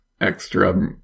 extra